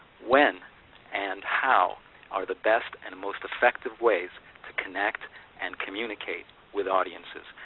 when and how are the best, and most effective ways to connect and communicate with audiences?